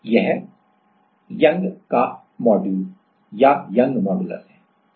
यह यंग का मॉड्यूल है